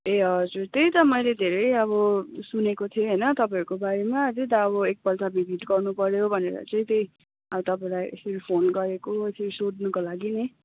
ए हजुर त्यही त मैले धेरै अब सुनेको थिएँ होइन तपाईँहरूको बारेमा त्यही त अब एकपल्ट भिजिट गर्नुपऱ्यो भनेर चाहिँ त्यही अब तपाईँलाई फोन गरेको त्यही सोध्नुको लागि नि